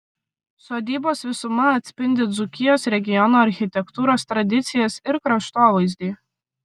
sodybos visuma atspindi dzūkijos regiono architektūros tradicijas ir kraštovaizdį